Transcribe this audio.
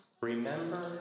remember